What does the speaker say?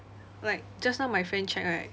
like just now my friend check right